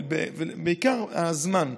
בעיקר בזמן.